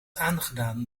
aangedaan